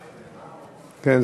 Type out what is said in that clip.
מה עם, כן,